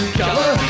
color